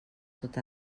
tot